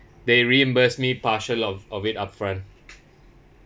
they reimburse me partial of of it upfront